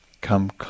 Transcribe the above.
come